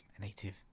native